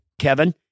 Kevin